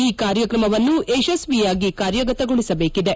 ಈ ಕಾರ್ಯಕ್ರಮವನ್ನು ಯಶಸ್ವಿಯಾಗಿ ಕಾರ್ಯಗತಗೊಳಿಸಬೇಕಿದೆ